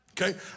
Okay